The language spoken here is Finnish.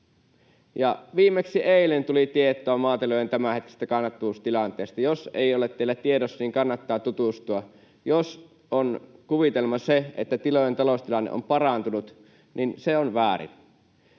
viimeksi eilen tuli tietoa maatilojen tämänhetkisestä kannattavuustilanteesta — jos ei ole teillä tiedossa, kannattaa tutustua. Jos on kuvitelma se, että tilojen taloustilanne on parantunut, niin se on väärin.